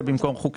אני חס